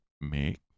make